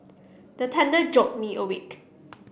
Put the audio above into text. the thunder jolt me awake